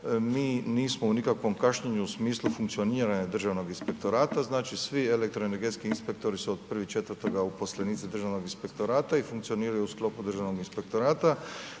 mi nismo ni u kakvom kašnjenju u smislu funkcioniranja Državnog inspektorata, znači, svi elektroenergetski inspektori su od 1.4. uposlenici Državnog inspektorata i funkcioniraju u sklopu Državnog inspektorata